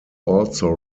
also